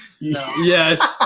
Yes